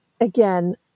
again